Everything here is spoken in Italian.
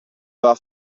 aveva